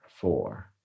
four